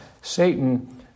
Satan